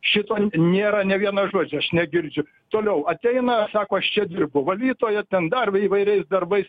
šito nėra nė vieno žodžio aš negirdžiu toliau ateina sako aš čia dirbu valytoja ten dar va įvairiais darbais